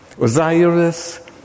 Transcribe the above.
Osiris